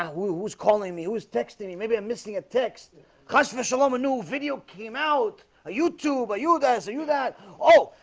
who's calling me who's texting me? maybe i'm missing a text customer, salaam a new video came out are you guys are you that? oh,